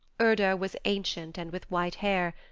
urda was ancient and with white hair,